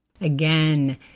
Again